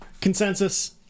consensus